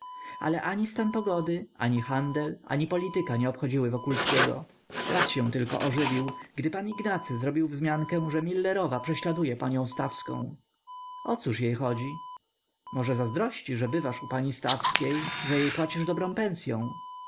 ale ani stan pogody ani handel ani polityka nie obchodziły wokulskiego raz się tylko ożywił gdy pan ignacy zrobił wzmiankę że milerowa prześladuje panią stawską o cóż jej chodzi może zazdrości że bywasz u pani stawskiej że jej płacisz dobrą pensyą